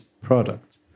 product